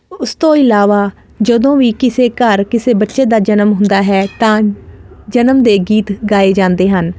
ਉਸ ਤੋਂ ਇਲਾਵਾ ਜਦੋਂ ਵੀ ਕਿਸੇ ਘਰ ਕਿਸੇ ਬੱਚੇ ਦਾ ਜਨਮ ਹੁੰਦਾ ਹੈ ਤਾਂ ਜਨਮ ਦੇ ਗੀਤ ਗਾਏ ਜਾਂਦੇ ਹਨ